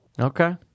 Okay